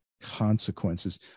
consequences